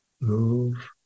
move